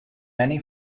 many